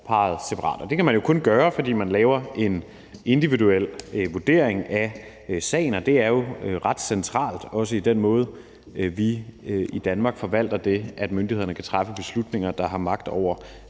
det kan man jo kun gøre, fordi man laver en individuel vurdering af sagen, og det er også ret centralt i den måde, hvorpå vi i Danmark forvalter det, at myndighederne kan træffe beslutninger, der har magt over